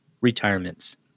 retirements